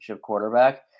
quarterback